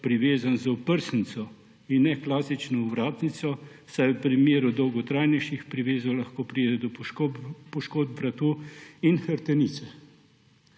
privezan z oprsnico in ne klasično ovratnico, saj v primeru dolgotrajnejših privezov lahko pride do poškodb vratu in hrbtenice.